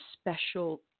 special